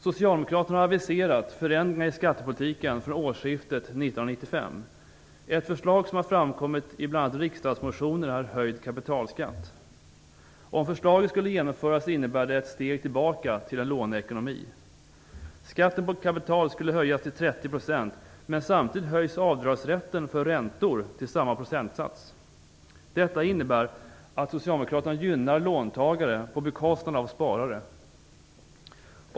Socialdemokraterna har aviserat förändringar i skattepolitiken från årsskiftet 1995. Ett förslag som har framkommit i bl.a. riksdagsmotioner är en höjd kapitalskatt. Om förslaget skulle genomföras innebär det ett steg tillbaka till en låneekonomi. Skatten på kapital skulle höjas till 30 %, men samtidigt skulle avdragsrätten för räntor höjas till samma procentsats. Detta innebär att Socialdemokraterna gynnar låntagare på bekostnad av sparare.